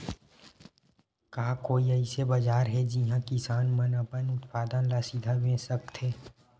का कोई अइसे बाजार हे जिहां किसान मन अपन उत्पादन ला सीधा बेच सकथे?